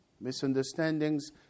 misunderstandings